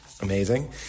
Amazing